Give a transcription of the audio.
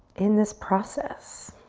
in this process.